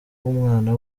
bw’umwana